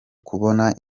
kubona